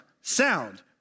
sound